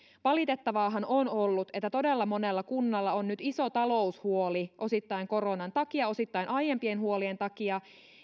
valitettavaahan on ollut että todella monella kunnalla on nyt iso taloushuoli osittain koronan takia osittain aiempien huolien takia